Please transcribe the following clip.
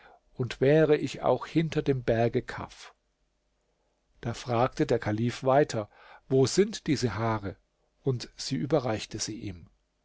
und wäre ich auch hinter dem berge kaf da fragte der kalif weiter wo sind diese haare und sie überreichte sie ihm